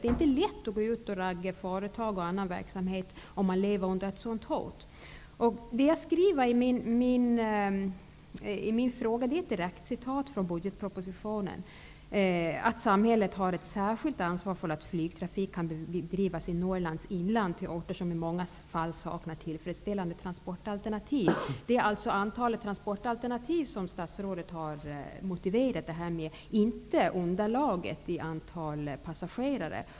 Det är inte lätt att ragga företag och annan verksamhet om man lever under ett sådant hot. Det som står i min fråga är ett direkt citat från budgetpropositionen. Där sägs att samhället har ett särskilt ansvar för att flygtrafik kan bedrivas i Norrlands inland till orter som i många fall saknar tillfredsställande transportalternativ. Det är alltså antalet transportalternativ som statsrådet har motiverat sitt ställningstagande med, inte underlaget i antal passagerare.